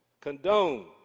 condone